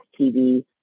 TV